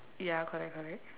ya correct correct